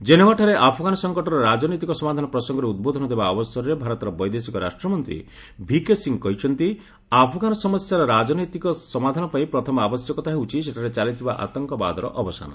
ଜେନେଭାଠାରେ Afghan ସଙ୍କଟର ରାଜନୈତିକ ସମାଧାନ ପ୍ରସଙ୍ଗରେ ଉଦ୍ବୋଧନ ଦେବା ଅବସରରେ ଭାରତର ବୈଦେଶିକ ରାଷ୍ଟ୍ରମନ୍ତ୍ରୀ ଭିକେ ସିଂ କହିଛନ୍ତି ଆଫ୍ଗାନ ସମସ୍ୟାର ରାଜନୈତିକ ସମାଧାନପାଇଁ ପ୍ରଥମ ଆବଶ୍ୟକତା ହେଉଛି ସେଠାରେ ଚାଲିଥିବା ଆତଙ୍କବାଦର ଅବସାନ